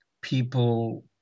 people